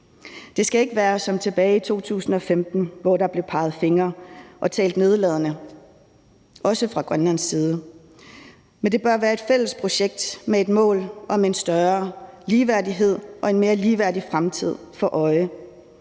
Det skal ikke være som tilbage i 2015, hvor der blev peget fingre og talt nedladende, også fra Grønlands side. Men det bør være et fælles projekt med et mål om en større ligeværdighed og en mere ligeværdig fremtid for øje.